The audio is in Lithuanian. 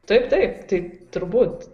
taip taip tai turbūt